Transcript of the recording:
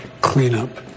cleanup